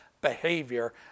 behavior